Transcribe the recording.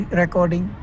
recording